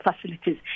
facilities